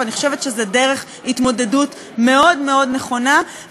ואני חושבת שזו דרך התמודדות מאוד מאוד נכונה,